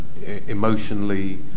emotionally